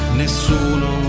nessuno